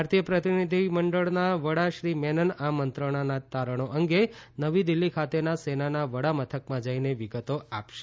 ભારતીય પ્રતિનિધિમંડળના વડા શ્રી મેનન આ મંત્રણાના તારણો અંગે નવી દિલ્હી ખાતેના સેનાના વડામથકમાં જઈને વિગતો આપશે